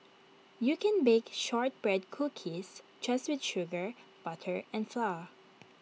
you can bake Shortbread Cookies just with sugar butter and flour